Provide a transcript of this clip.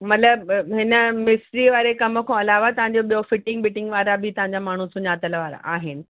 मतिलब हिन मिस्त्री कम वारे कम खां अलावा तव्हांजो ॿियो फिटिंग बिटिंग वारा बि तव्हांजा माण्हू सुञातल वारा आहिनि